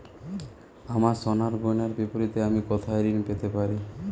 আমার সোনার গয়নার বিপরীতে আমি কোথায় ঋণ পেতে পারি?